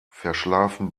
verschlafen